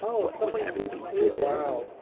what would heaven be, to them?